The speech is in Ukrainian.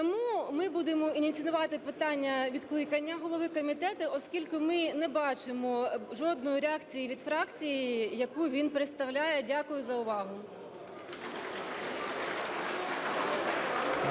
Тому ми будемо ініціювати питання відкликання голови комітету, оскільки ми не бачимо жодної реакції від фракції, яку він представляє. Дякую за увагу.